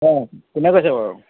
অঁ কোনে কৈছে বাৰু